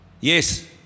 Yes